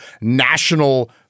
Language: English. national